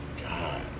God